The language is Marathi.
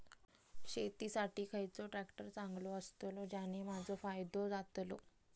शेती साठी खयचो ट्रॅक्टर चांगलो अस्तलो ज्याने माजो फायदो जातलो?